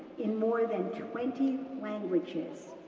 in more than twenty languages.